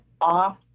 off